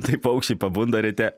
tai paukščiai pabunda ryte